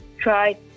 try